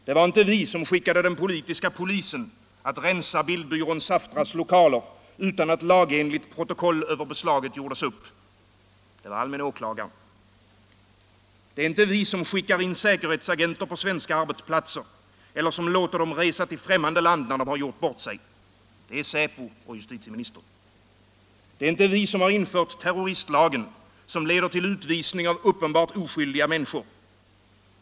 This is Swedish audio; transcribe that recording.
Det var inte vi som skickade den politiska polisen att rensa bildbyrån Saftras lokaler utan att lagenligt protokoll över beslaget gjordes upp. Det var allmänne åklagaren. Det är inte vi som skickar in säkerhetsagenter på svenska arbetsplatser eller låter dem resa till ffrämmande land när de har gjort bort sig. Det är säpo och justitieministern. Det är inte vi som har infört terroristlagen, som leder till utvisning av uppenbart oskyldiga människor.